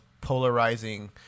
polarizing